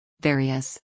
Various